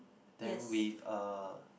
then with uh